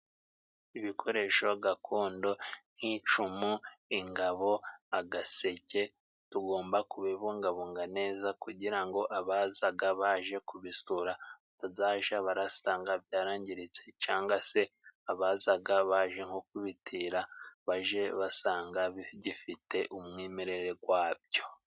Ibikoresho gakondo nk'icumu, ingabo, agaseke tugomba kubibungabunga neza kugira ngo abazaga baje kubisura batazaja barasanga byarangiritse, canga se abazaga baje nko kubitira baje basanga bigifite umwimerere gwabyo.